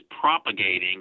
propagating